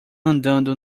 andando